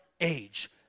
age